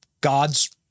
God's